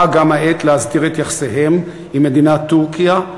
באה גם העת להסדיר את יחסיהם עם מדינת טורקיה,